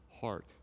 heart